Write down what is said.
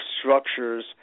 structures